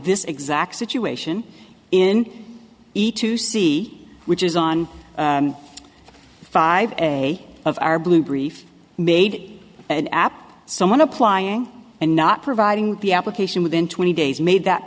this exact situation in each to see which is on five a of our blue brief made an app someone applying and not providing the application within twenty days made that